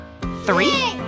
Three